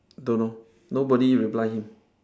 don't know nobody reply him